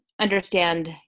understand